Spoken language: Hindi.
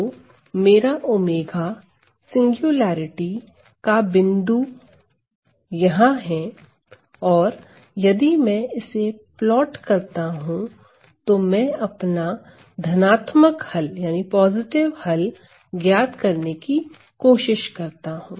तो मेरा ⍵ सिंगुलेरिटी का बिंदु यहां है और यदि मैं इसे प्लॉट करता हूं तो मैं अपना धनात्मक हल ज्ञात करने की कोशिश करता हूं